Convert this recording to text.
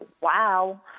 wow